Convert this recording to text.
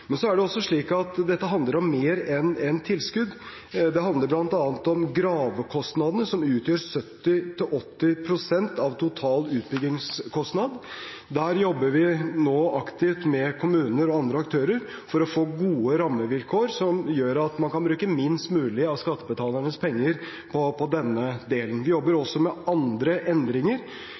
Men jeg understreket at det også er behov for noe statlig tilskudd, og jeg viste til fire fylker, bl.a. Sogn og Fjordane og Nord-Trøndelag, som har fått betydelig mer i løpet av disse årene. Det er også slik at dette handler om mer enn tilskudd. Det handler bl.a. om gravekostnadene, som utgjør 70–80 pst. av total utbyggingskostnad. Der jobber vi nå aktivt med kommuner og andre aktører for å få gode rammevilkår, som